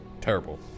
terrible